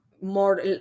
more